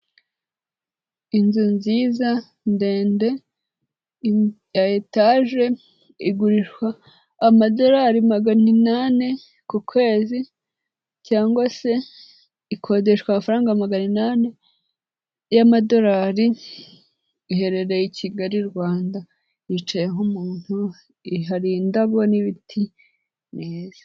Inzu nziza ndende ya etaje, igurishwa amadorari magana inani ku kwezi cyangwa se ikodeshwa amafaranga magana inani y'amadorari, iherereye i Kigali Rwanda yicayeho umuntu, hari indabo n'ibiti ni heza.